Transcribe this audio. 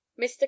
mr